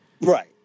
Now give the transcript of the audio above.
Right